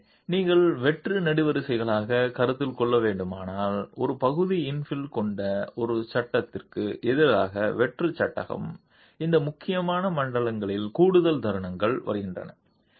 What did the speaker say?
எனவே நீங்கள் வெற்று நெடுவரிசைகளைக் கருத்தில் கொள்ள வேண்டுமானால் ஒரு பகுதி இன்ஃபில் கொண்ட ஒரு சட்டகத்திற்கு எதிராக வெற்று சட்டகம் இந்த முக்கியமான மண்டலங்களில் கூடுதல் தருணங்கள் வருகின்றன